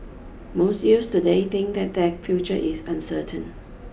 most youths today think that their future is uncertain